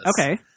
Okay